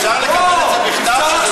אפשר לקבל את זה בכתב?